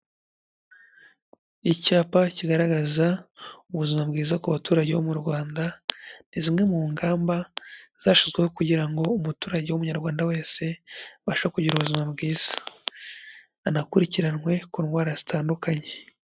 Icyapa kigaragaza ubuzima bwiza ku baturage bo mu Rwanda, ni zimwe mu ngamba zashyizweho kugira ngo umuturage w'umunyarwanda wese, abashe kugira ubuzima bwiza, anakurikiranwe ku ndwara zitandukanye.